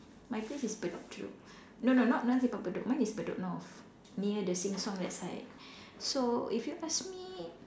my place is Bedok no no not say Simpang Bedok mine is Bedok north near the Sheng Siong that side so if you ask me